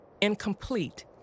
incomplete